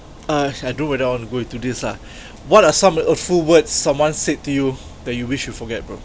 uh I don't know whether I want to go into this lah what are some hurtful words someone said to you that you wish you forget bro